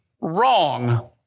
wrong